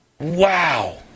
Wow